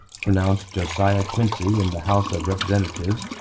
pronounced josiah quincy in the house of representatives,